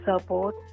support